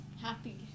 Happy